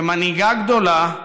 כמנהיגה גדולה,